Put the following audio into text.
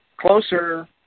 closer